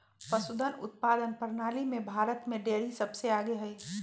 पशुधन उत्पादन प्रणाली में भारत में डेरी सबसे आगे हई